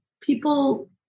people